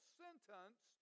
sentence